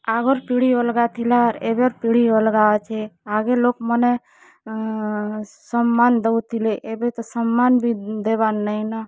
ଆଗର୍ ପିଢ଼ି ଅଲ୍ଗା ଥିଲା ଏବେର୍ ପିଢ଼ି ଅଲ୍ଗା ଅଛେ ଆଗେ ଲୋକ୍ ମାନେ ସମ୍ମାନ୍ ଦଉଥିଲେ ଏବେ ତ ସମ୍ମାନ୍ ବି ଦେବାର୍ ନାଇଁନ